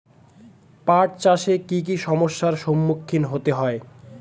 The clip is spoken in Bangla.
পাঠ চাষে কী কী সমস্যার সম্মুখীন হতে হয়?